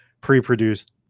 pre-produced